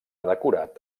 decorat